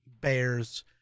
Bears